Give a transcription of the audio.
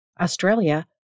Australia